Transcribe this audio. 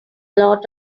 lot